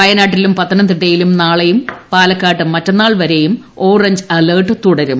വയനാട്ടിലും പത്തനംതിട്ടയിലും നാളെയും പാലക്കാട്ട് മറ്റന്നാശ്ശ് വിശ്രയും ഓറഞ്ച് അലർട്ട് തുടരും